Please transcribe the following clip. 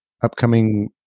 upcoming